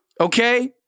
okay